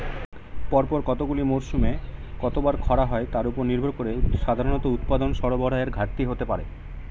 পরপর কতগুলি মরসুমে কতবার খরা হয় তার উপর নির্ভর করে সাধারণত উৎপাদন সরবরাহের ঘাটতি হতে পারে